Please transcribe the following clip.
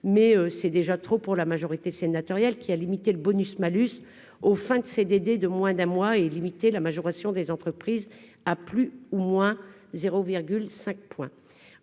mais c'est déjà trop pour la majorité sénatoriale qui a limité le bonus-malus aux fins de CDD de moins d'un mois et limiter la majoration des entreprises à plus ou moins 0,5 points